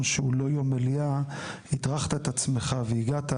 שהוא לא יום מליאה הטרחת את עצמך והגעת.